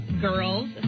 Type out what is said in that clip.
girls